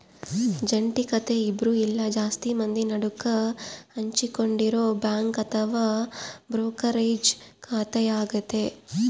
ಜಂಟಿ ಖಾತೆ ಇಬ್ರು ಇಲ್ಲ ಜಾಸ್ತಿ ಮಂದಿ ನಡುಕ ಹಂಚಿಕೊಂಡಿರೊ ಬ್ಯಾಂಕ್ ಅಥವಾ ಬ್ರೋಕರೇಜ್ ಖಾತೆಯಾಗತೆ